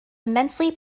immensely